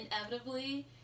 inevitably